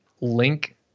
link